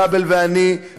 כבל ואני,